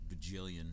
bajillion